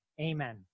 Amen